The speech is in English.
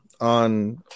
on